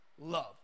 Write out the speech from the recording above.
love